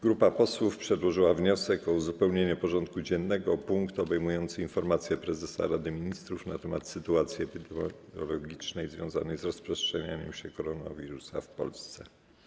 Grupa posłów przedłożyła wniosek o uzupełnienie porządku dziennego o punkt obejmujący informację prezesa Rady Ministrów nt. sytuacji epidemiologicznej związanej z rozprzestrzenianiem się koronawirusa w Polsce.